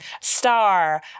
Star